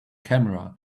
camera